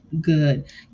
good